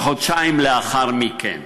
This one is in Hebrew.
חודשיים לאחר מכן,